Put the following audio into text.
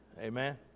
Amen